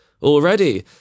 already